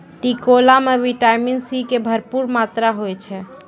टिकोला मॅ vitamin C के भरपूर मात्रा होय छै